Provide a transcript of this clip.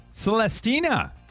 Celestina